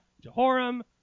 Jehoram